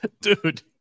dude